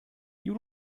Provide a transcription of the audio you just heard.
you